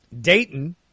Dayton